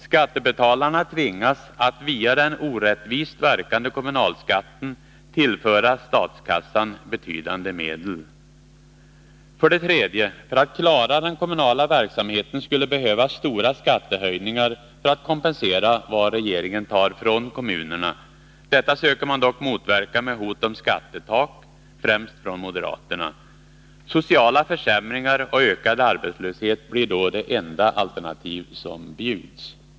Skattebetalarna tvingas att via den orättvist verkande kommunalskatten tillföra statskassan betydande medel. 3. För att klara den kommunala verksamheten skulle man behöva stora skattehöjningar som kompensation för vad regeringen tar från kommunerna. Detta söker man dock, främst från moderaterna, motverka med hot om skattetak. Sociala försämringar och ökad arbetslöshet blir då det enda alternativ som bjuds.